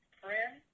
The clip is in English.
friend